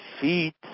feet